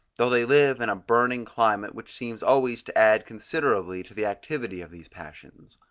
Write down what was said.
though they live in a burning climate which seems always to add considerably to the activity of these passions.